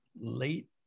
late